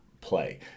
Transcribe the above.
play